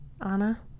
Anna